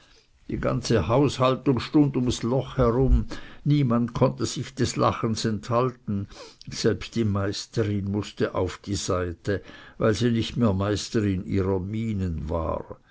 die ganze haushaltung stund ums loch herum niemand konnte sich des lachens enthalten selbst die meisterin mußte auf die seite weil sie nicht mehr meisterin ihrer mienen war